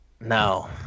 No